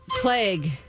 plague